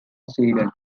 sweden